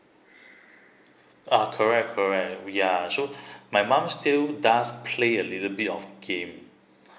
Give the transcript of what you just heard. ah correct correct we are so my mum still does play a little bit of game